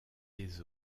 des